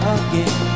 again